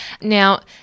Now